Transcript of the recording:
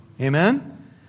amen